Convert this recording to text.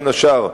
בין השאר,